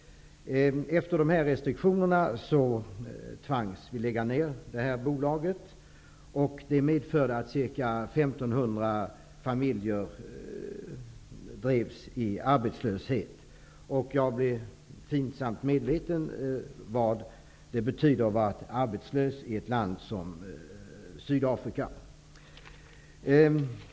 Efter de här restriktionerna tvangs vi att lägga ned bolaget, och det medförde att ca 1 500 familjer drevs ut i arbetslöshet. Jag blev pinsamt medveten om vad det betyder att vara arbetslös i ett land som Sydafrika.